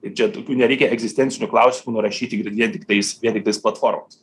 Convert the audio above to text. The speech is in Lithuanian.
ir čia tokių nereikia egzistencinių klausimų nurašyti ir vien tiktais vien tiktais platformoms